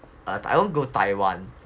I want go Taiwan